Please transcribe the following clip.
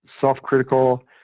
self-critical